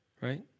right